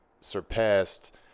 surpassed